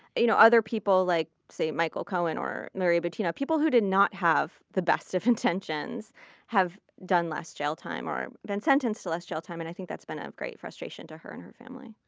you know other people, like say, michael cohen or maria butina people who did not have the best of intentions have done less jail time or been sentenced to less jail time, and i think that's been of great frustration to her and her family.